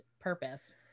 purpose